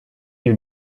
you